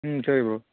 ம் சரி ப்ரோ